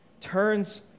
turns